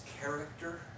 character